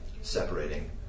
separating